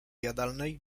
jadalnej